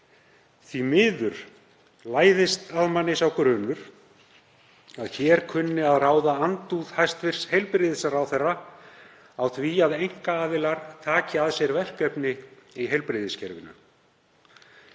Því miður læðist að manni sá grunur að hér kunni að ráða andúð hæstv. heilbrigðisráðherra á því að einkaaðilar taki að sér verkefni í heilbrigðiskerfinu.